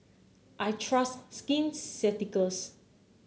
I trust Skin Ceuticals